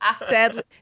Sadly